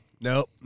Nope